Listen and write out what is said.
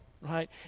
right